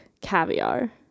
caviar